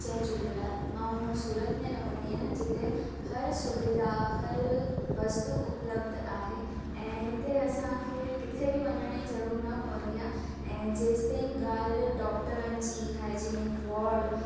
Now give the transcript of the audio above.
जय झूलेलाल मां हूअं सूरत में रहंदी आहियां जिते हर सुविधा हर वस्तू उपलब्ध आहे ऐं हिते असांखे किथे बि वञण जी ज़रूर न पवंदी आहे ऐं जेसि ताईं ॻाल्हि डॉक्टरनि जी हाइजीनिक वॉड